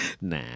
Nah